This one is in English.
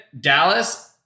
Dallas